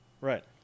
Right